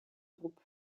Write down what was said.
groupe